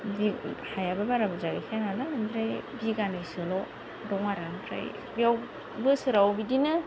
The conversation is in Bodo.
बिग हायाबो बारा बुरजा गैखायानालाय ओमफ्राय बिगानैसोल' दं आरो ओमफ्राय बेयाव बोसोराव बिदिनो